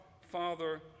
Father